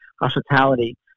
hospitality